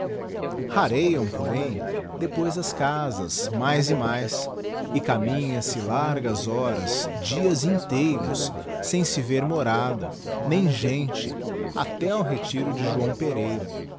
outra rarêam porém depois as casas mais e mais e caminha se largas horas dias inteiros sem se ver morada nem gente até ao retiro de joão pereira